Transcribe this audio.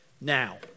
Now